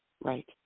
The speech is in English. Right